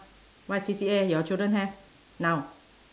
what C_C_A your children have now